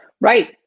Right